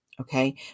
Okay